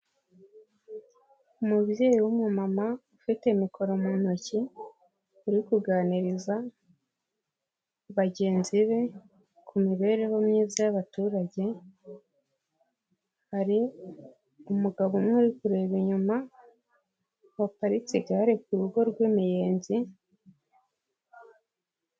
Umubyeyi w'umumama ufite mikoro mu ntoki uri kuganiriza bagenzi be ku mibereho myiza y'abaturage, hari umugabo umwe uri kureba inyuma waparitse igare ku rugo rw'imiyenzi.